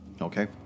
Okay